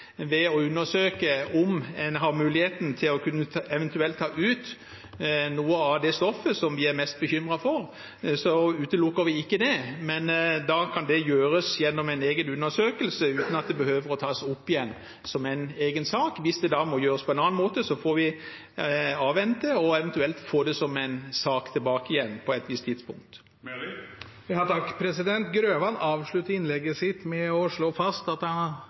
ved å undersøke om en har muligheten til eventuelt å kunne ta ut noe av det stoffet som vi er mest bekymret for, utelukker vi ikke det, men da kan det gjøres gjennom en egen undersøkelse, uten at det må tas opp igjen som en egen sak. Hvis det må gjøres på en annen måte, får vi avvente og eventuelt få det tilbake igjen som en sak på et visst tidspunkt. Representanten Grøvan avsluttet innlegget sitt med å slå fast at Kristelig Folkeparti kommer til å stemme imot alle mindretallsforslagene i innstillingen. Det mener jeg